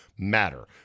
matter